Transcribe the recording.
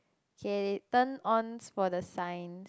get it turn ons for the sign